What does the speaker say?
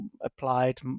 applied